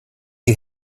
you